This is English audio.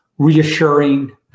reassuring